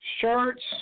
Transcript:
shirts